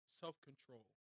self-control